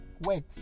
Wait